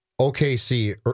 OKC